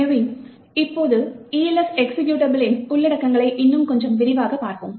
எனவே இப்போது Elf எக்சிகியூட்டபிளின் உள்ளடக்கங்களை இன்னும் கொஞ்சம் விரிவாகப் பார்ப்போம்